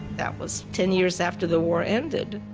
that was ten years after the war ended.